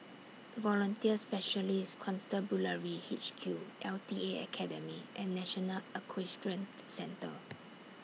Volunteer Special Constabulary H Q L T A Academy and National Equestrian Centre